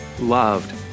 loved